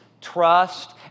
trust